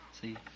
See